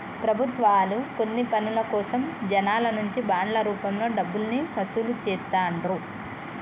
ప్రభుత్వాలు కొన్ని పనుల కోసం జనాల నుంచి బాండ్ల రూపంలో డబ్బుల్ని వసూలు చేత్తండ్రు